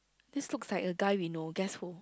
this looks like a guy we know guess who